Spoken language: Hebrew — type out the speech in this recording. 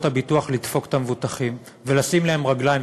הביטוח לדפוק את המבוטחים ולשים להם רגליים,